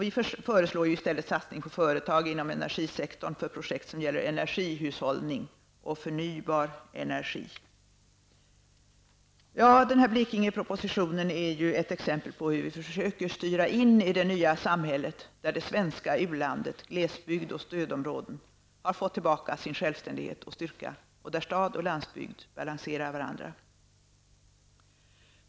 Vi föreslår i stället satsning på företag inom energisektorn för projekt som gäller energihushållning och förnybar energi. Ja, den här Blekingepropositionen är ju ett exempel på hur vi försöker styra in i det nya samhället, där det svenska u-landet -- glesbygd och stödområden -- har fått tillbaka sin självständighet och styrka och där stad och landsbygd balanserar varandra.